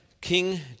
King